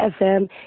fm